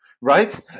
Right